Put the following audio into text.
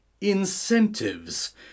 incentives